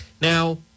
Now